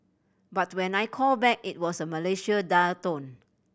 but when I called back it was a Malaysia dial tone